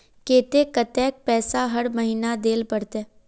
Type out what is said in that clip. केते कतेक पैसा हर महीना देल पड़ते?